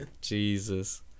Jesus